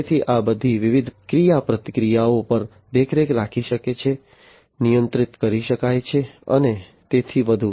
તેથી આ બધી વિવિધ ક્રિયાપ્રતિક્રિયાઓ પર દેખરેખ રાખી શકાય છે નિયંત્રિત કરી શકાય છે અને તેથી વધુ